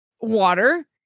water